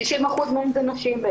90% מהם נשים.